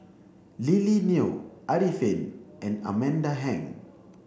Lily Neo Arifin and Amanda Heng